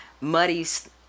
muddies